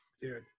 dude